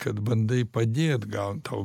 kad bandai padėt gal tau